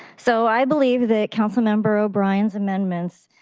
so i believe that councilmember o'brien's amendments